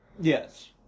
Yes